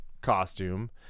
costume